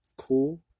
cool